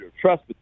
trust